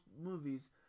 movies